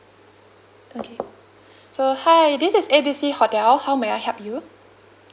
okay so hi this is A B C hotel how may I help you